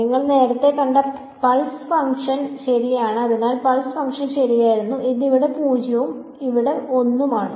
നിങ്ങൾ നേരത്തെ കണ്ട പൾസ് ഫംഗ്ഷൻ ശരിയാണ് അതിനാൽ പൾസ് ശരിയായിരുന്നു അത് ഇവിടെ 0 ഉം ഇവിടെ 1 ഉം ആണ്